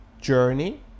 journey